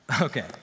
Okay